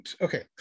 okay